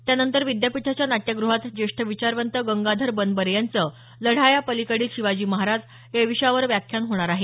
त्यानंतर विद्यापीठाच्या नाट्यगृहात ज्येष्ठ विचारवंत गंगाधर बनबरे यांचं लढाया पलिकडील शिवाजी महाराज या विषयावर व्याख्यान होणार आहे